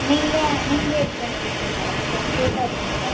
நீங்களே நீங்களே எடுத்துட்டு வந்து கொடுத்துருங்க மேடம் கொஞ்சம் சேஃபாக எடுத்துன்னு வாங்க